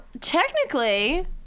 Technically